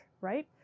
right